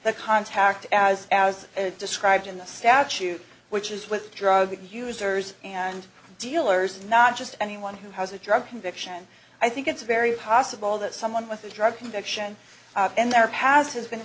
the contact as as described in the statute which is with drug users and dealers not just anyone who has a drug conviction i think it's very possible that someone with a drug conviction in their past has been